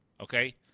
okay